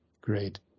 great